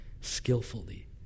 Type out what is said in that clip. skillfully